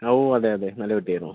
ഓ അതെ അതെ നല്ല കുട്ടി ആയിരുന്നു